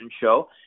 show